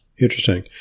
Interesting